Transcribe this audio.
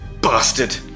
bastard